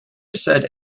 said